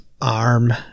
arm